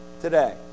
today